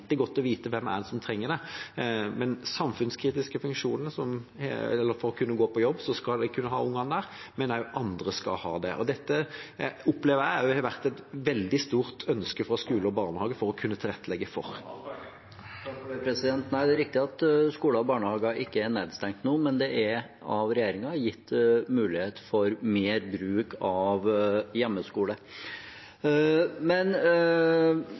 godt å vite hvem det er som trenger det. For at folk med samfunnskritiske funksjoner skal kunne gå på jobb, skal de kunne ha ungene der, men også andre skal kunne det. Dette opplever jeg også har vært et veldig stort ønske fra skoler og barnehager å kunne tilrettelegge for. Det er riktig at skoler og barnehager ikke er nedstengt nå, men det er av regjeringen gitt mulighet for mer bruk av hjemmeskole.